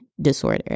disorder